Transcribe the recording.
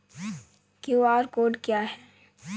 QR code क्या है?